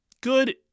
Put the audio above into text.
Good